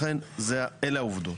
לכן אלה העובדות.